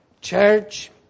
church